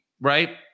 right